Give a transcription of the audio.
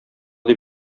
дип